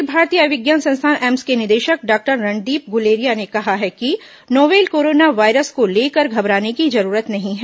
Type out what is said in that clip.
अखिल भारतीय आयुर्विज्ञान संस्थान एम्स के निदेषक डॉक्टर रणदीप गुलेरिया ने कहा है कि नोवेल कोरोना वायरस को लेकर घबराने की जरूरत नहीं है